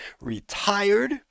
retired